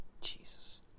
Jesus